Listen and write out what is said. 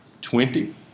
twenty